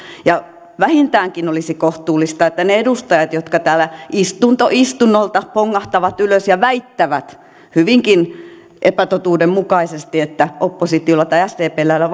ja vähintäänkin olisi kohtuullista että ne edustajat jotka täällä istunto istunnolta pongahtavat ylös ja väittävät hyvinkin epätotuudenmukaisesti että oppositiolla tai sdpllä ei ole